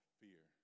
fear